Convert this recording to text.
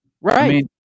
Right